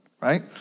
right